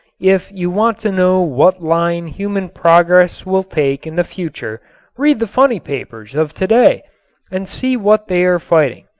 if you want to know what line human progress will take in the future read the funny papers of today and see what they are fighting.